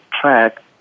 track